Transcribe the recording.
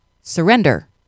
Surrender